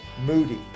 Moody